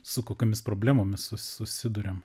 su kokiomis problemomis su susiduriam